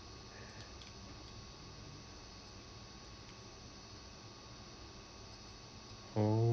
oh